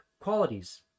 qualities